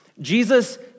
Jesus